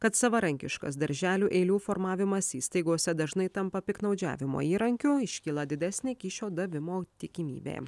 kad savarankiškas darželių eilių formavimas įstaigose dažnai tampa piktnaudžiavimo įrankiu iškyla didesnė kyšio davimo tikimybė